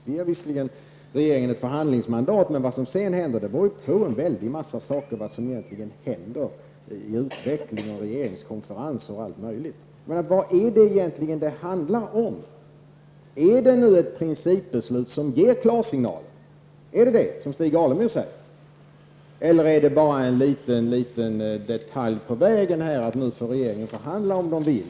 Vi ger visserligen regeringen ett förhandlingsmandat, men vad som sedan händer beror på regeringskonferenser och allt möjligt annat. Vad är det egentligen det handlar om? Är det ett principbeslut som ger klarsignal, som Stig Alemyr säger? Eller är det bara en liten detalj på vägen som innebär att regeringen får rätt att förhandla.